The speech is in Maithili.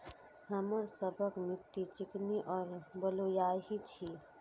हमर सबक मिट्टी चिकनी और बलुयाही छी?